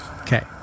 Okay